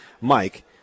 Mike